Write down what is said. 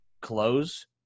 Close